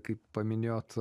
kaip paminėjot